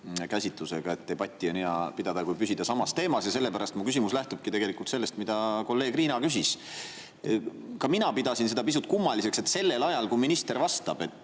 käsitlusega, et debatti on hea pidada, kui püsida samas teemas, ja sellepärast mu küsimus lähtubki sellest, mida kolleeg Riina küsis. Ka mina pidasin seda pisut kummaliseks, et sellel ajal, kui minister vastab